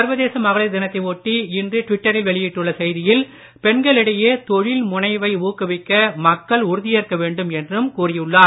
சர்வதேச மகளிர் தினத்தை ஒட்டி இன்று ட்விட்டரில் வெளியிட்டுள்ள செய்தியில் பெண்களிடையே தொழில் முனைவை ஊக்குவிக்க மக்கள் உறுதியேற்க வேண்டும் என்றும் கூறியுள்ளார்